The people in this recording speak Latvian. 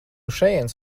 šejienes